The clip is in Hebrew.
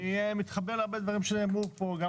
אני מתחבר להרבה דברים שנאמרו פה גם